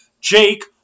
Jake